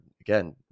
again